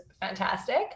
fantastic